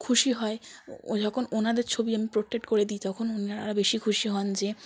খুশি হয় ও ও যখন ওনাদের ছবি আমি পোট্রেট করে দিই তখন ওনারা আরো বেশি খুশি হন যে